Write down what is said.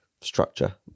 structure